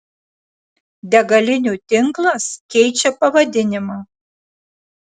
degalinių tinklas keičia pavadinimą